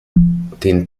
den